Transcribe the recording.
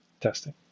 testing